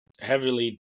heavily